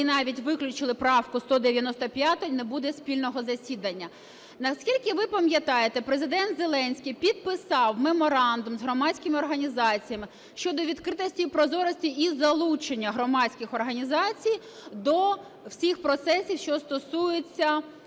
ми навіть виключили правку 195, не буде спільного засідання. Наскільки ви пам'ятаєте, Президент Зеленський підписав Меморандум з громадськими організаціями щодо відкритості і прозорості, і залучення громадських організацій до всіх процесів, що стосуються